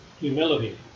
humility